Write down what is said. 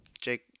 Jake